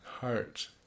heart